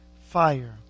fire